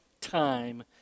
time